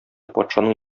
патшаның